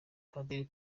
padiri